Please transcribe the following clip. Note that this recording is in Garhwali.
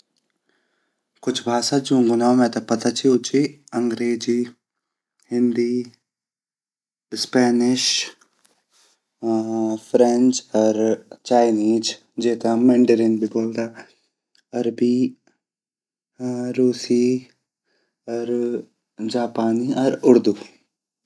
कुछ भाषा जुंगू नौ मेते पता ची उ ची अंग्रेजी, हिंदी, स्पेनिश, अर फ्रेंच अर चाइनीज़ जेते हम मैंडेरिन भी ब्वल्दा अरबी ,रुसी अर जापानी अर उर्दू।